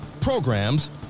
programs